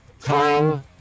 Time